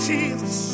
Jesus